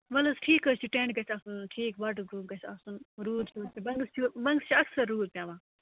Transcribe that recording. وَلہٕ حظ ٹھیٖک حظ چھُ ٹٮ۪نٛٹ گَژھِ آسُن ٹھیٖک واٹر پرٛوٗف گَژھِ آسُن روٗد شوٗد چھُ بنٛگس چھُ بنگس چھُ اکثر روٗد پٮ۪وان